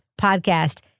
podcast